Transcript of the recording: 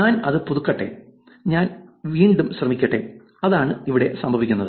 ഞാൻ അത് പുതുക്കട്ടെ ഞാൻ വീണ്ടും ശ്രമിക്കട്ടെ അതാണ് ഇവിടെ സംഭവിക്കുന്നത്